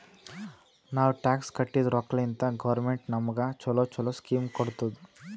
ನಾವ್ ಟ್ಯಾಕ್ಸ್ ಕಟ್ಟಿದ್ ರೊಕ್ಕಾಲಿಂತೆ ಗೌರ್ಮೆಂಟ್ ನಮುಗ ಛಲೋ ಛಲೋ ಸ್ಕೀಮ್ ಕೊಡ್ತುದ್